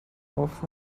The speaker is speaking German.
auf